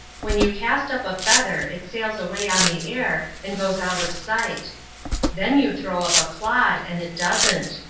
when you cast up a feather it sails away on the air and goes out of sight then you throw up a clod and it doesn't.